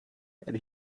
and